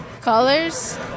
Colors